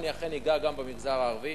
ואכן אגע גם במגזר הערבי.